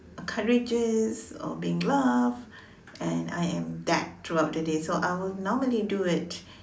courageous or being loved and I am that throughout the day I will normally do it